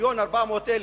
מיליון ו-400,000,